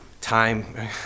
Time